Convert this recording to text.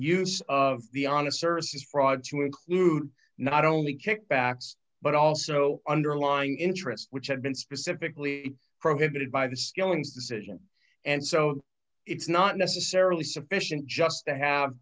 use of the honest services fraud to include not only kickbacks but also underlying interest which had been specifically prohibited by the skilling's decision and so it's not necessarily sufficient just to have